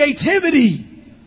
creativity